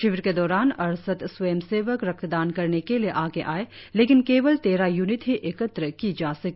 शिविर के दौरान अड़सठ स्वयंसेवक रक्तदान करने के लिए आगे आए लेकिन केवल तेरह यूनिट ही एकत्र की जा सकी